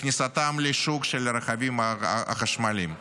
לכניסתם לשוק של הרכבים החשמליים.